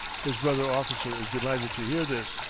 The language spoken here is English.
his brother officer is delighted to hear this,